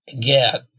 get